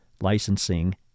licensing